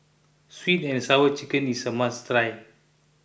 Sweet and Sour Chicken is a must try